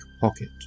pocket